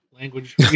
language